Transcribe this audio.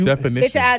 Definition